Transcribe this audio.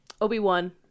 obi-wan